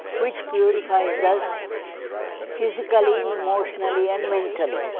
which purifies us physically, emotionally, and mentally.